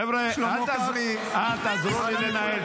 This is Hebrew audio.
חבר'ה, אל תעזרו לי לנהל.